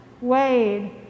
Wade